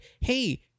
hey